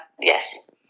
yes